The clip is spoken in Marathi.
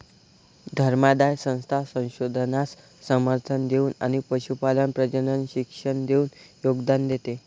धर्मादाय संस्था संशोधनास समर्थन देऊन आणि पशुपालन प्रजनन शिक्षण देऊन योगदान देते